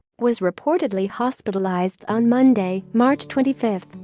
was reportedly hospitalized on monday, march twenty five,